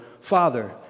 father